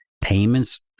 payments